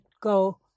go